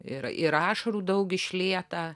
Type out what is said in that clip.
ir ir ašarų daug išlieta